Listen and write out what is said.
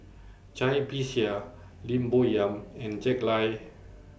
Cai Bixia Lim Bo Yam and Jack Lai